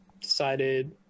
decided